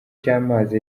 cy’amazi